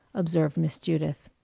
observed miss judith.